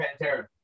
Pantera